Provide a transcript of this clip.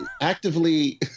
actively